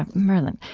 merlin.